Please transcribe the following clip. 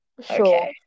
Sure